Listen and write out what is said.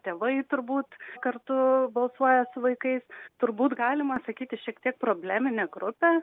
tėvai turbūt kartu balsuoja su vaikais turbūt galima sakyti šiek tiek probleminė grupė